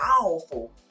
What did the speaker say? Powerful